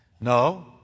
no